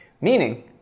meaning